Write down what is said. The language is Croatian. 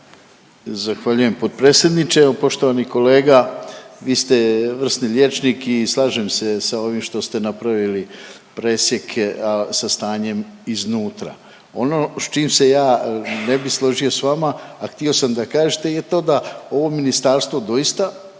Zahvaljujem potpredsjedniče. Evo poštovani kolega, vi ste vrsni liječnik i slažem se sa ovim što ste napravili presjeke, a sa stanjem iznutra. Ono s čim se ja ne bi složio s vama, a htio sam da kažete je to da ovo ministarstvo doista